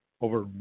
over